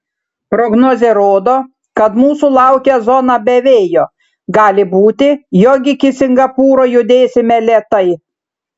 prognozė rodo kad mūsų laukia zona be vėjo gali būti jog iki singapūro judėsime lėtai